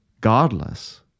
godless